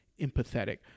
empathetic